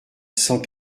cent